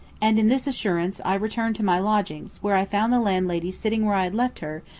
and in this assurance i returned to my lodgings where i found the landlady sitting where i had left her,